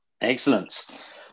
excellent